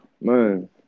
Man